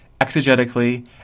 exegetically